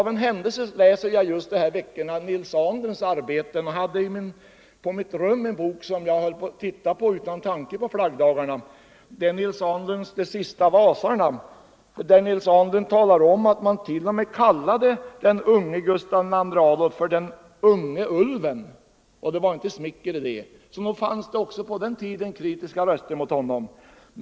Av en händelse läser jag just dessa veckor Nils Ahnlunds arbeten, och jag hade på mitt rum en bok som jag läste utan att ha en tanke på flaggdagarna. Det var Nils Ahnlunds De sista Vasarna, där Nils Ahnlund talar om att man t.o.m. kallade Gustav II Adolf för den unge ulven, och det var inte smicker i det. Det fanns alltså även på den tiden röster som var kritiska mot Gustav I Adolf.